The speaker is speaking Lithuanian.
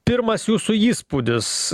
pirmas jūsų įspūdis